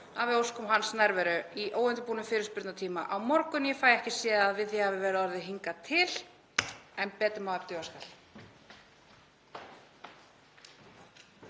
við óskum hans nærveru í óundirbúnum fyrirspurnatíma á morgun. Ég fæ ekki séð að við því hafi verið orðið hingað til en betur má ef duga skal.